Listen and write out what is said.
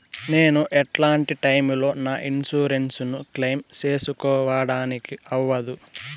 నేను ఎట్లాంటి టైములో నా ఇన్సూరెన్సు ను క్లెయిమ్ సేసుకోవడానికి అవ్వదు?